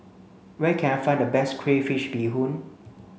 where can I find the best crayfish beehoon